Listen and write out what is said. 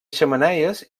xemeneies